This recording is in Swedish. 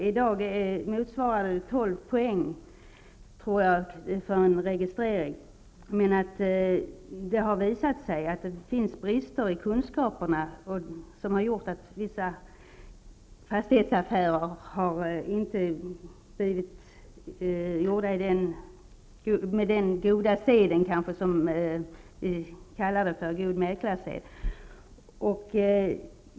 I dag ställs vid registrering av mäklare krav på förkunskaper motsvarande tolv poäng, men det har visat sig att brister i kunskaperna har gjort att vissa fastighetsaffärer inte har genomförts i överensstämmelse med god mäklarsed.